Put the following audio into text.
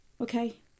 Okay